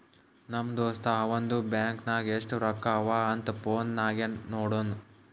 ನಮ್ ದೋಸ್ತ ಅವಂದು ಬ್ಯಾಂಕ್ ನಾಗ್ ಎಸ್ಟ್ ರೊಕ್ಕಾ ಅವಾ ಅಂತ್ ಫೋನ್ ನಾಗೆ ನೋಡುನ್